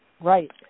Right